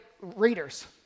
readers